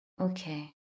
Okay